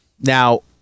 now